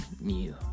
new